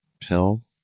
Pill